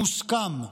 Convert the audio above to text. מוסכם.